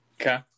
Okay